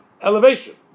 elevation